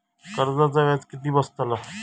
कर्जाचा व्याज किती बसतला?